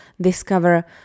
discover